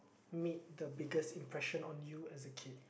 made the biggest impression on you as a kid